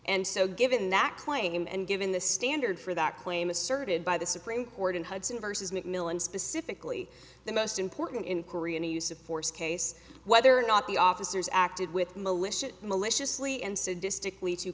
and so given that claim and given the standard for that claim asserted by the supreme court in hudson versus mcmillan specifically the most important inquiry any use of force case whether or not the officers acted with malicious maliciously